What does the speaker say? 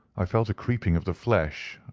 i felt a creeping of the flesh,